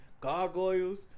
Gargoyles